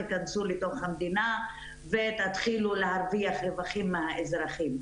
תיכנסו לתוך המדינה ותתחילו להרוויח רווחים מהאזרחים.